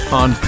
on